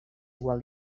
igual